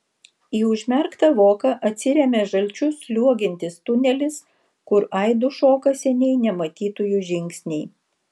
į užmerktą voką atsiremia žalčiu sliuogiantis tunelis kur aidu šoka seniai nematytųjų žingsniai